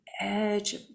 edge